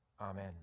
Amen